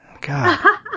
god